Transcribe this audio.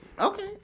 Okay